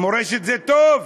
מורשת זה טוב.